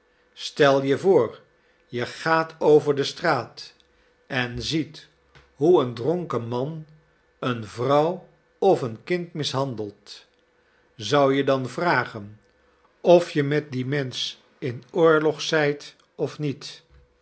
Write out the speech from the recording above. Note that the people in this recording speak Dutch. stel je voor je gaat over de straat en ziet hoe een dronken man een vrouw of een kind mishandelt zou je dan vragen of je met dien mensch in oorlog zijt of niet